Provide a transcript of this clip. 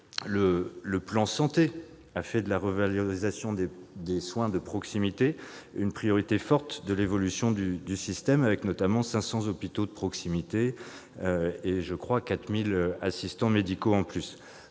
le plan Santé a fait de la revalorisation des soins de proximité une priorité forte de l'évolution du système, avec notamment 500 hôpitaux de proximité et, je crois, 4 000 assistants médicaux